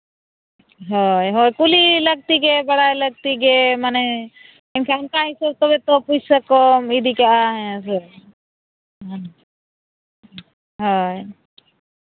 ᱦᱳᱭ ᱦᱳᱭ ᱠᱩᱞᱤ ᱞᱟᱹᱠᱛᱤ ᱜᱮ ᱵᱟᱲᱟᱭ ᱞᱟᱹᱠᱛᱤ ᱜᱮ ᱢᱟᱱᱮ ᱚᱱᱠᱟ ᱚᱱᱠᱟ ᱦᱤᱥᱟᱹᱵᱽ ᱛᱚᱵᱮ ᱛᱚ ᱯᱚᱭᱥᱟ ᱠᱚ ᱤᱫᱤ ᱠᱟᱜᱼᱟ ᱦᱮᱸ ᱥᱮ ᱦᱮᱸ ᱦᱮᱸ